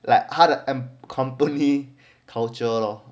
like 他的 and company culture lor